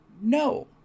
No